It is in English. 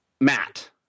Matt